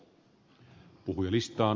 herra puhemies